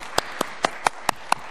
(מחיאות כפיים) .Thank